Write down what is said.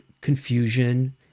confusion